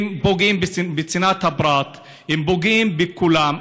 אם הן פוגעות בצנעת הפרט, פוגעות בכולם.